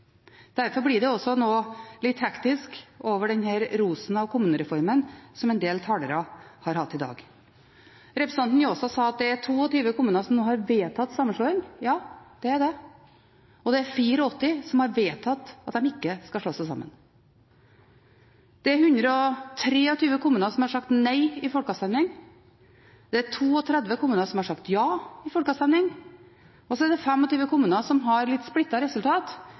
Derfor blir det også noe litt hektisk over den rosen av kommunereformen som en del talere har hatt i dag. Representanten Njåstad sa at det er 22 kommuner som nå har vedtatt sammenslåing. Ja, det er det. Og det er 84 som har vedtatt at de ikke skal slå seg sammen. Det er 123 kommuner som har sagt nei i folkeavstemning. Det er 32 kommuner som har sagt ja i folkeavstemning. Så er det 25 kommuner som har et litt splittet resultat,